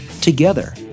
Together